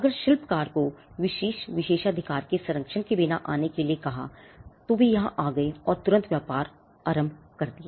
अगर शिल्पकार को विशेष विशेषाधिकार के संरक्षण के बिना आने के लिए कहा तो वे यहां आ गए और तुरंत व्यापार आरंभ कर दिया